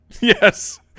Yes